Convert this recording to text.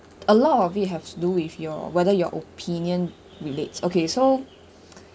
a lot of it have to do with your whether your opinion relates okay so